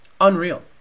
Unreal